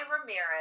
Ramirez